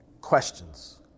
Questions